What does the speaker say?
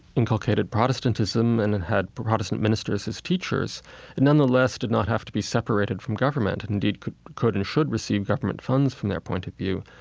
inculcated protestantism and it had protestant ministers as teachers, it nonetheless did not have to be separated from government and indeed could could and should receive government funds from their point of view.